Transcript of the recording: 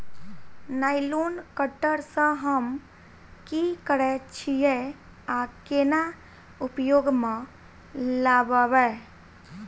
Nylon cutter सँ हम की करै छीयै आ केना उपयोग म लाबबै?